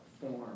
form